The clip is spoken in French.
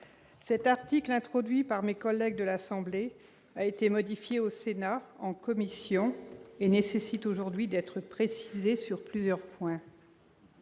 Cet article introduit par mes collègues de l'Assemblée nationale a été modifié au Sénat en commission. Sa rédaction mérite aujourd'hui d'être précisée sur plusieurs points.